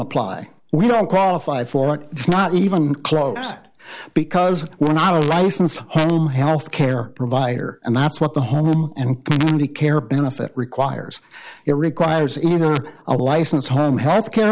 apply we don't qualify for it's not even close because we're not a rice and home health care provider and that's what the home and the care benefit requires it requires either a license home health care